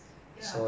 ya